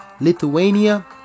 Lithuania